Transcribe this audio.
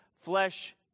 flesh